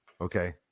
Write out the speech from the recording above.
Okay